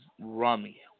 Rummy